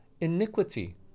iniquity